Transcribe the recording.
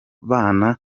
bana